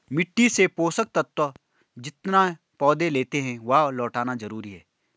मिट्टी से पोषक तत्व जितना पौधे लेते है, वह लौटाना जरूरी है